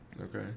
Okay